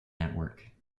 network